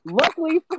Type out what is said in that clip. Luckily